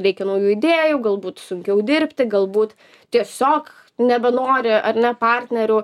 reikia naujų idėjų galbūt sunkiau dirbti galbūt tiesiog nebenori ar ne partnerių